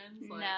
No